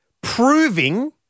proving